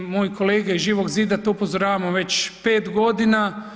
Ja i moje kolege iz Živog zida to upozoravamo već 5 godina.